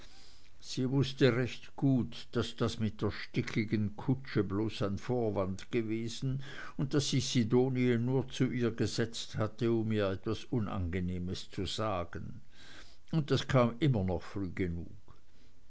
sie wußte recht gut daß das mit der stickigen kutsche bloß ein vorwand gewesen und daß sich sidonie nur zu ihr gesetzt hatte um ihr etwas unangenehmes zu sagen und das kam immer noch früh genug